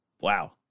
Wow